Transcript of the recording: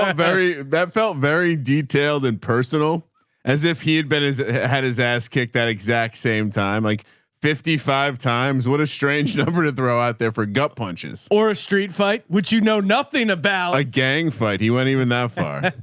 um very, that felt very detailed and personal as if he had been had his ass kicked that exact same time, like fifty five times. what a strange number to throw out there for gut punches or a street fight, which you know nothing about a gang fight. he wasn't even that far